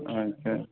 अच्छा